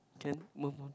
can move on